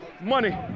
Money